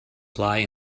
fly